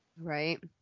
Right